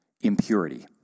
Impurity